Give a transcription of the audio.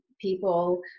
people